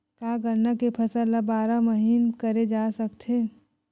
का गन्ना के फसल ल बारह महीन करे जा सकथे?